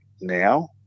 now